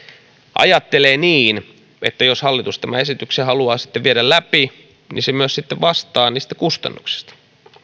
ajattelee niin että jos hallitus tämän esityksen haluaa sitten viedä läpi niin se myös sitten vastaa niistä kustannuksista